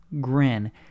grin